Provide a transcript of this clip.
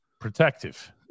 protective